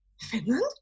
Finland